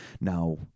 Now